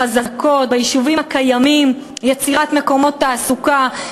חזקות, ביישובים הקיימים, ליצירת מקומות תעסוקה.